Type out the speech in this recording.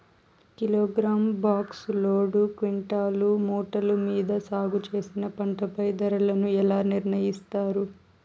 Kilogram, box, load, quintal, మూటలు మీరు సాగు చేసిన పంటపై ధరలను ఎలా నిర్ణయిస్తారు యిస్తారు?